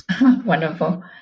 Wonderful